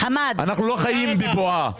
אנחנו לא חיים בבועה,